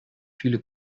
viele